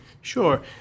Sure